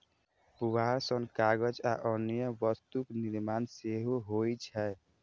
पुआर सं कागज आ अन्य वस्तुक निर्माण सेहो होइ छै